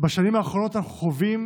בשנים האחרונות אנחנו חווים